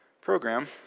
program